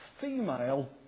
female